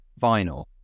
vinyl